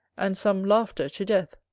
and some laughter to death.